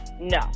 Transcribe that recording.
No